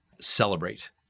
celebrate